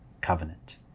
covenant